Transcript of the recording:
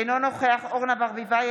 אינו נוכח אורנה ברביבאי,